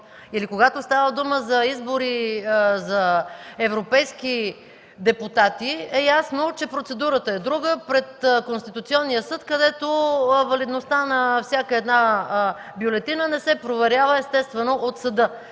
или когато става дума за избори за европейски депутати, е ясно, че процедурата е друга – пред Конституционния съд, където валидността на всяка една бюлетина не се проверява естествено от съда.